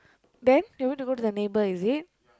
then you want to go to the neighbour is it